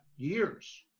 years